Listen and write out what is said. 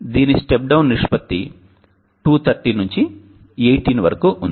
దీని step down నిష్పత్తి 230V నుండి 18V వరకు ఉంది